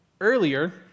earlier